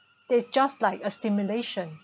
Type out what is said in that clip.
that's just like a stimulation